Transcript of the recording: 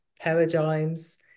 paradigms